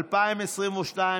התשפ"ב 2022,